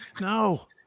No